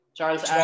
Charles